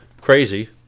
crazy